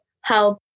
help